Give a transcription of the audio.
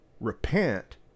repent